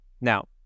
Now